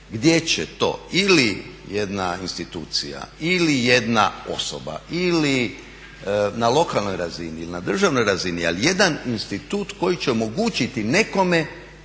gdje će to ili jedna institucija ili jedna osoba ili na lokalnoj razini ili na državnoj razini ali jedan institut koji će omogućiti nekome